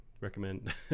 recommend